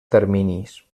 terminis